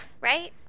Right